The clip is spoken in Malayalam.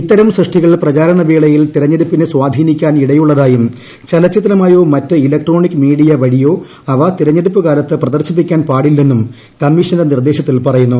ഇത്തരം സൃഷ്ടികൾ സ്വാധീനിക്കാൻ പ്രചാരണവേളയിൽ തെരഞ്ഞെടുപ്പിനെ ഇടയുള്ളതായതായും ചലച്ചിത്രമായോ മറ്റ് ഇലക്ട്രോണിക് മീഡിയ വഴിയോ അവ തെരഞ്ഞെടുപ്പ് കാലത്ത് പ്രദർശിപ്പിക്കാൻ പാടില്ലെന്നും കമ്മീഷന്റെ നിർദ്ദേശത്തിൽ പറയുന്നു